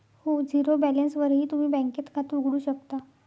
हो, झिरो बॅलन्सवरही तुम्ही बँकेत खातं उघडू शकता